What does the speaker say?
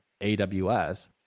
AWS